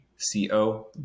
c-o